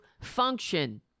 function